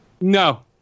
No